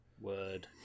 word